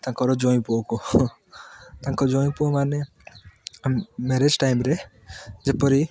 ତାଙ୍କର ଜୋଇଁପୁଅକୁ ତାଙ୍କ ଜ୍ୱାଇଁପୁଅ ମାନେ ମ୍ୟାରେଜ୍ ଟାଇମ୍ରେ ଯେପରି